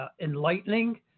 enlightening